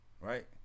right